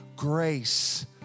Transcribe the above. grace